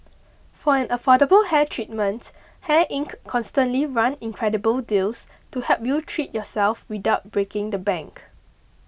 for an affordable hair treatment Hair Inc constantly run incredible deals to help you treat yourself without breaking the bank